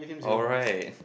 alright